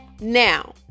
Now